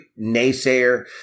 naysayer